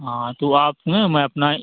हाँ तो आप में मैं अपना